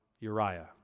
Uriah